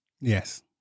yes